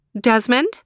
Desmond